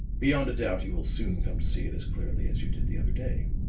beyond a doubt you will soon come to see it as clearly as you did the other day.